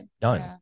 done